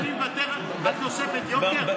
הוא יכול להחליט שאני מוותר על תוספת יוקר?